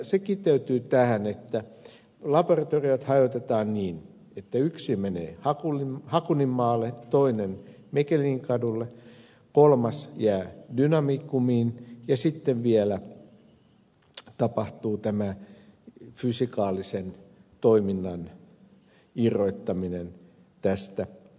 se kiteytyy tähän että laboratoriot hajotetaan niin että yksi menee hakuninmaalle toinen mechelininkadulle kolmas jää dynamicumiin ja sitten vielä tapahtuu tämä fysikaalisen toiminnan irrottaminen tästä kokonaisuudesta